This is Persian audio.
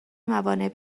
موانع